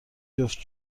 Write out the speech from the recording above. جفت